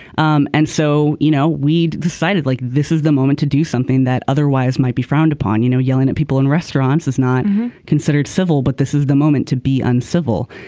um and so you know we'd decided like this is the moment to do something that otherwise might be frowned upon. you know yelling at people in restaurants is not considered civil but this is the moment to be uncivil.